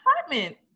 apartment